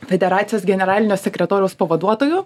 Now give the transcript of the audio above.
federacijos generalinio sekretoriaus pavaduotoju